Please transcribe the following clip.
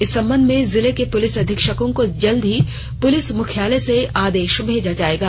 इस संबंध में सभी जिले के पुलिस अधीक्षकों को जल्द ही पुलिस मुख्यालय से आदेश भेजा जाएगा